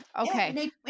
Okay